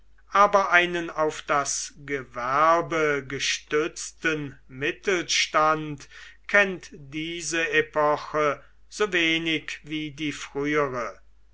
aber einen auf das gewerbe gestützten mittelstand kennt diese epoche sowenig wie die frühere